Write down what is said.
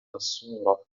الصورة